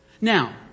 Now